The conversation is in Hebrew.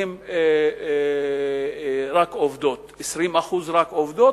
רק 20% עובדות,